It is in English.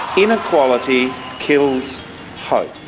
inequality kills hope.